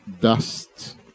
dust